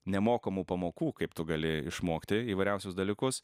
nemokamų pamokų kaip tu gali išmokti įvairiausius dalykus